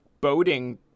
boating